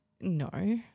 no